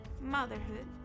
motherhood